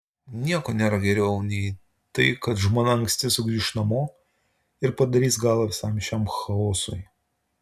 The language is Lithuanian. nieko nėra geriau nei tai kad žmona anksti sugrįš namo ir padarys galą visam šiam chaosui